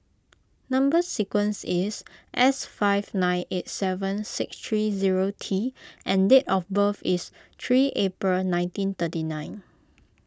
Number Sequence is S five nine eight seven six three zero T and date of birth is three April nineteen thirty nine